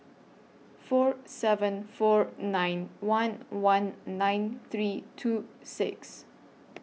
four seven four nine one one nine three two six